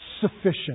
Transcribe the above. sufficient